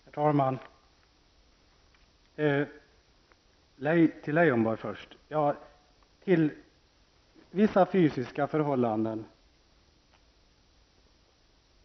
Herr talman! Det är, Lars Leijonborg, fråga om vissa fysiska förhållanden.